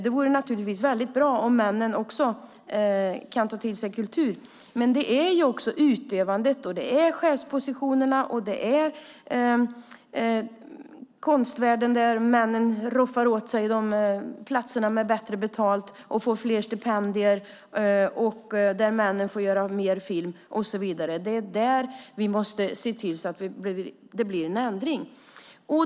Det vore naturligtvis väldigt bra om också männen kan ta till sig kultur, men det handlar även om utövandet, chefspositionerna och konstvärlden där männen roffar åt sig platserna med bättre betalt, får fler stipendier och får göra mer film och så vidare. Det är där vi måste se till att det blir en ändring.